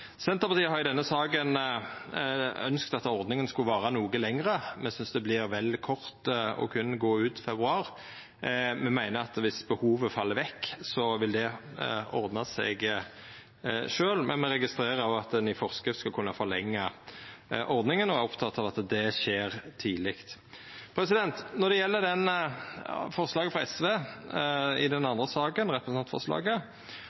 Senterpartiet har i denne saka ønskt at ordninga skulle vara noko lenger. Me synest det vert vel kort at det berre går ut februar. Me meiner at om behovet fell vekk, vil det ordna seg sjølv, men me registrerer òg at ein i forskrift skal kunna forlengja ordninga, og er opptekne av at det skjer tidleg. Når det gjeld forslaget frå SV i den